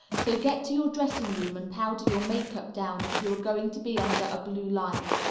so get to your dressing room and powder your makeup down if you are going to be under a blue light.